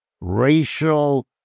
racial